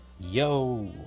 Yo